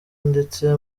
ndetse